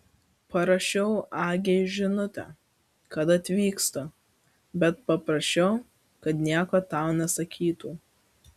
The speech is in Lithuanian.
parašiau agei žinutę kad atvykstu bet paprašiau kad nieko tau nesakytų